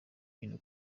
hino